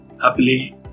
happily